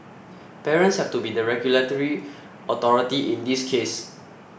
parents have to be the regulatory authority in this case